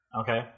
Okay